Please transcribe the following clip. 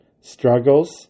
struggles